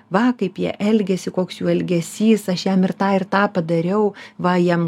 va kaip jie elgiasi koks jų elgesys aš jam ir tą ir tą padariau va jiem